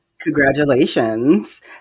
Congratulations